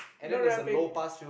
no rapping